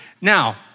Now